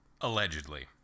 Allegedly